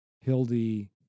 Hildy